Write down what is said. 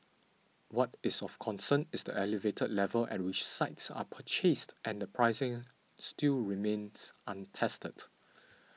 what is of concern is the elevated level at which sites are purchased and the pricing still remains untested